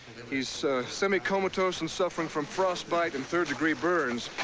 he's semi-comatose and suffering from frostbite and third-degree burns.